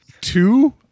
two